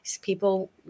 People